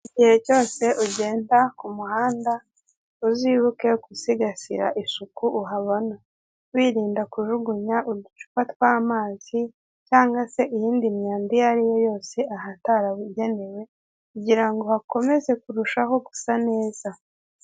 Igihe cyose ugenda ku muhanda, uzibuke gusigasira isuku uhabona; wirinda kujugunya uducupa tw'amazi cyangwa se iyindi myanda iyo ariyo yose, ahatarabugenewe. Kugirango hakomeze gusa neza.